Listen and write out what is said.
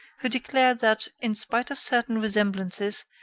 who declared that, in spite of certain resemblances,